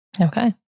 Okay